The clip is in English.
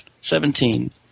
Seventeen